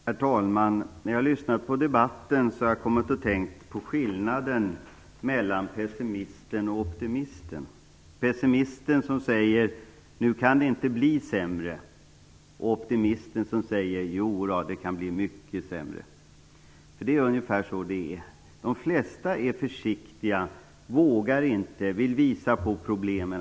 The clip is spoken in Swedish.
Herr talman! När jag har lyssnat på debatten har jag kommit att tänka på skillnaden mellan pessimisten och optimisten. Pessimisten säger: Nu kan det inte blir sämre. Optimisten säger: Jo, det kan bli mycket sämre. Det är ungefär så det är. De flesta är försiktiga, vågar inte och vill visa på problemen.